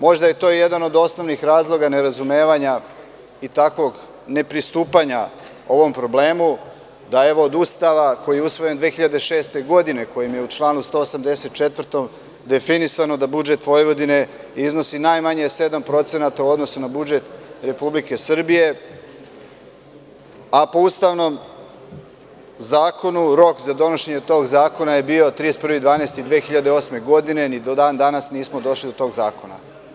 Možda je to jedan od osnovnih razloga nerazumevanja i takvog nepristupanja ovom problemu, da evo, od Ustava koji je usvojen 2006. godine, kojim je u članu 184. definisano da budžet Vojvodine iznosi najmanje 7% u odnosu na budžet Republike Srbije, a po Ustavnom zakonu rok za donošenje tog zakona je bio 31. decembar 2008. godine, ni do dan danas nismo došli do tog zakona.